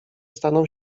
staną